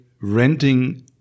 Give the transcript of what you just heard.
renting